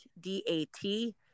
d-a-t